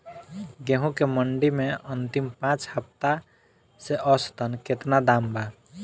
गेंहू के मंडी मे अंतिम पाँच हफ्ता से औसतन केतना दाम बा?